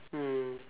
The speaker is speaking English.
mm